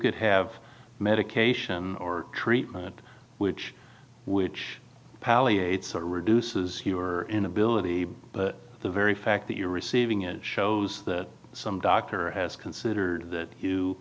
could have medication or treatment which which reduces you are in ability but the very fact that you're receiving it shows that some doctor as consider that you